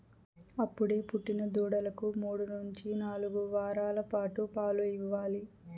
అప్పుడే పుట్టిన దూడలకు మూడు నుంచి నాలుగు వారాల పాటు పాలు ఇవ్వాలి